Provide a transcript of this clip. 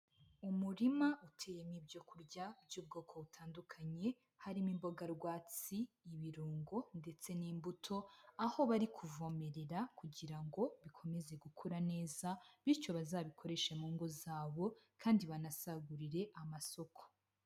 Umurima uteyemo ibyo kurya by'ubwoko butandukanye, harimo imboga rwatsi, ibirungo ndetse n'imbuto, aho bari kuvomerera kugira ngo bikomeze gukura neza, bityo bazabikoreshe mu ngo zabo kandi banasagurire amasoko.